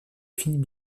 filles